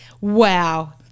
Wow